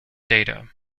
data